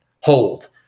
Hold